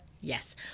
Yes